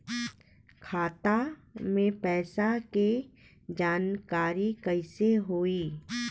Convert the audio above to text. खाता मे पैसा के जानकारी कइसे होई?